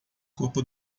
copa